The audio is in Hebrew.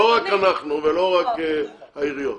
לא רק אנחנו ולא רק העיריות,